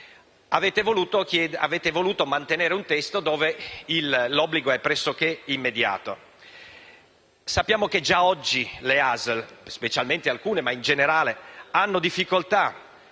Avete voluto mantenere un testo dove l'obbligo è pressoché immediato. Sappiamo che già oggi le Regioni e le ASL, specialmente alcune, hanno difficoltà